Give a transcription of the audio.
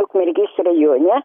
ukmergės rajone